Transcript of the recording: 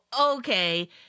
Okay